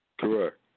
Correct